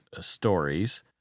stories